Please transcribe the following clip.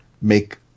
make